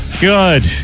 good